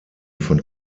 von